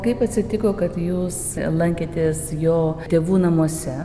kaip atsitiko kad jūs lankėtės jo tėvų namuose